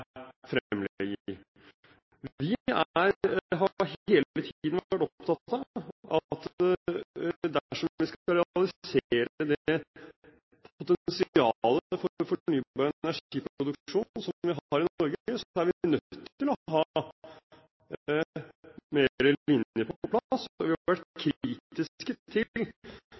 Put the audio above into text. Vi har hele tiden vært opptatt av at dersom vi skal realisere det potensialet for fornybar energi-produksjon som vi har i Norge, er vi nødt til å ha flere linjer på plass. Vi har vært kritiske til